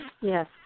Yes